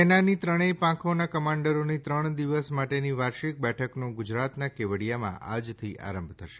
સેનાની ત્રણેય પાંખોના કમાન્ડરોની ત્રણ દિવસ માટેની વાર્ષિક બેઠકનો ગુજરાતના કેવડિયામાં આજથી આરંભ થશે